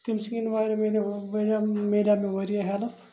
تٔمۍ سٕنٛدٮ۪ن واریاہ میلیٛو میلیٛاو مےٚ واریاہ ہیٚلٕپ